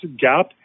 gap